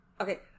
Okay